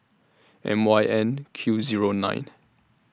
M Y N Q Zero nine